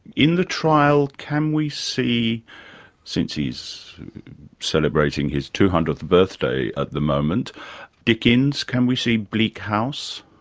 in the trial, can we see since he's celebrating his two hundredth birthday at the moment dickens? can we see bleak house?